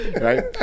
Right